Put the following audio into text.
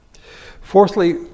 Fourthly